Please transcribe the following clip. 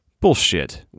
Bullshit